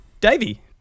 Davey